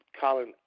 Colin